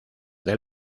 del